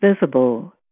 visible